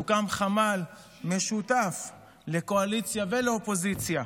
הוקם חמ"ל משותף לקואליציה ולאופוזיציה,